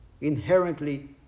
inherently